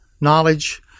knowledge